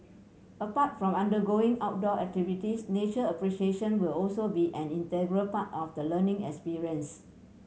apart from undergoing outdoor activities nature appreciation will also be an integral part of the learning experience